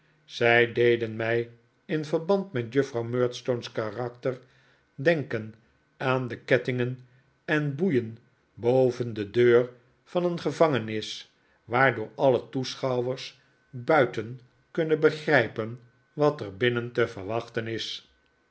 zij deden mij in verband met juj frouw murdstone's karakter denken aan de kettingen en boeien boven de deur van een gevangenis waardoor alle toeschouwers buiten kunnen begrijpen wat er binnen te verwachten is